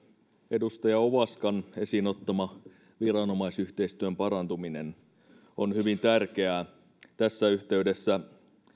edustaja ovaskan esiin ottama viranomaisyhteistyön parantuminen on hyvin tärkeää tässä yhteydessä